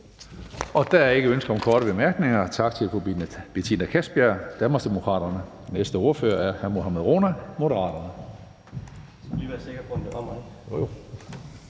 Der er ikke ønske om korte bemærkninger. Tak til fru Betina Kastbjerg, Danmarksdemokraterne. Næste ordfører er hr. Mohammad Rona, Moderaterne.